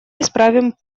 исправим